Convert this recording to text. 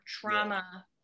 trauma